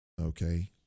Okay